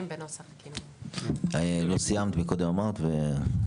לא סיימת, מקודם אמרת, כן.